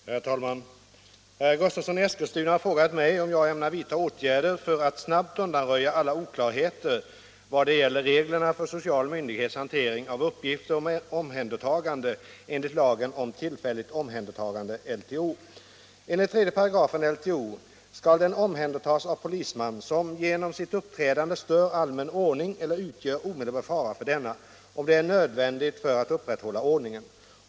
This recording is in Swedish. Herr talman! Herr Gustavsson i Eskilstuna har frågat mig om jag ämnar vidta åtgärder för att snabbt undanröja alla oklarheter i vad det gäller reglerna för social myndighets hantering av uppgifter om omhändertagande enligt lagen om tillfälligt omhändertagande . Enligt 3 § LTO skall den omhändertas av polisman som genom sitt uppträdande stör allmän ordning eller utgör omedelbar fara för denna, om det är nödvändigt för att upprätthålla ordningen.